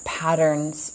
patterns